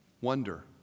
wonder